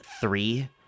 Three